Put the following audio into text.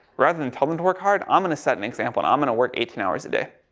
rather than tell them to work hard i'm going to set an example and i'm going to work eighteen hours a day.